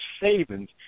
savings